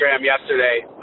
yesterday